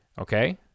Okay